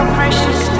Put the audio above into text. precious